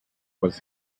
was